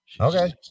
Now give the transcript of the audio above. Okay